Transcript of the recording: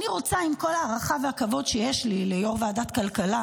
עם כל ההערכה והכבוד שיש לי ליושב-ראש ועדת הכלכלה,